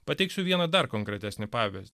pateiksiu vieną dar konkretesnį pavyzdį